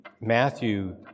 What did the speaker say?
Matthew